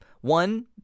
one